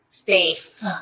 Safe